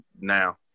now